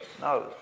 no